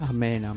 Amen